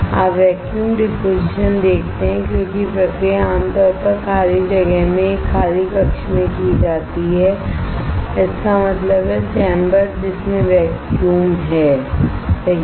आप vacuum deposition देखते हैं क्योंकि प्रक्रिया आमतौर पर खाली जगह में एक खाली कक्ष में की जाती है इसका मतलब है चैम्बर जिसमें वैक्यूम है सही है